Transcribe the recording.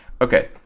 Okay